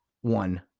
one